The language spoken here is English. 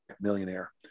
Millionaire